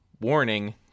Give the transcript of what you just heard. Warning